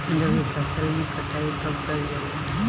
रबी फसल मे कटाई कब कइल जाला?